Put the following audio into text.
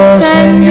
send